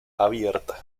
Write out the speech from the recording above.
abierta